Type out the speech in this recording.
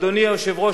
אדוני היושב-ראש,